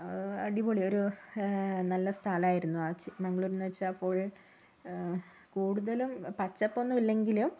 അടിപൊളി ഒരു നല്ല സ്ഥലായിരുന്നു ആ ചിക്കമംഗ്ലൂർ എന്ന് വെച്ചാൽ ഫുൾ കൂടുതലും പച്ചപ്പൊന്നും ഇല്ലെങ്കിലും